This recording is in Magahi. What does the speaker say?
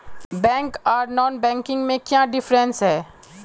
बैंक आर नॉन बैंकिंग में क्याँ डिफरेंस है?